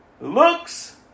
looks